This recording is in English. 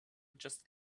just